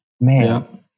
Man